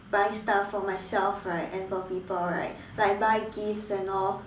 buy stuff for myself right and for people right like buy gifts and all